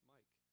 Mike